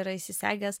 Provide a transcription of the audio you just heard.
yra įsisegęs